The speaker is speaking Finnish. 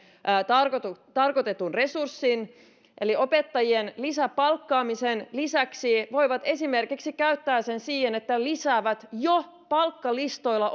tarkoitetun tarkoitetun resurssin eli opettajien lisäpalkkaamisen lisäksi he voivat esimerkiksi käyttää sen siihen että lisäävät jo palkkalistoilla